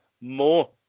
more